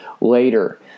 later